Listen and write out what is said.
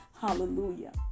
Hallelujah